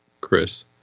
Chris